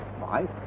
five